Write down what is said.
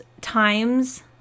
times